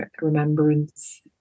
Remembrance